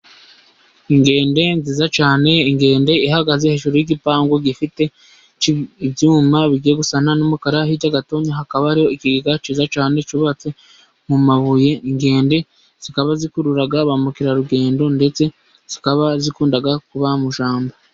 Inkende nziza cyane. inkende ihagaze hejuru y'igipangu gifite ibyuma bigiye gusa n'umukara hirya gato hakaba hari ikigega cyiza cyane cyubatse mu mabuye. inkende zikaba zikurura ba mukerarugendo ndetse zikaba zikunda kuba mu ishyamba.